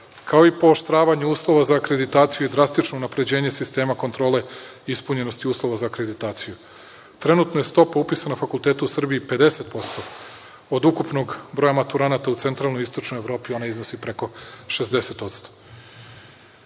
u Beogradu, uslova za akreditaciju i drastično unapređenje sistema kontrole ispunjenosti uslova za akreditaciju. Trenutno je stopa upisa na fakultete u Srbiji 50% od ukupnog broja maturanata u centralnoj i istočnoj Evropi, ona iznosi preko 60%.Pre